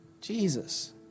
Jesus